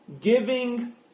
giving